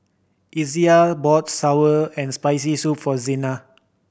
Izayah bought sour and Spicy Soup for Zena